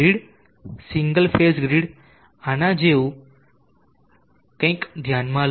grid single phase grid આના જેવું કંઈક ધ્યાનમાં લો